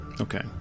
Okay